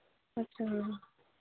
ꯑꯆꯁꯥ